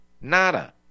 nada